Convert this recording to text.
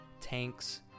tanks